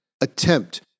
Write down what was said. attempt